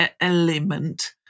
element